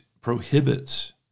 prohibits